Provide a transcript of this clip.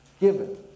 given